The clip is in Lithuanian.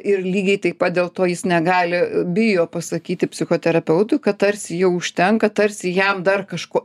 ir lygiai taip pat dėl to jis negali bijo pasakyti psichoterapeutui kad tarsi jau užtenka tarsi jam dar kažko